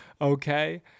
Okay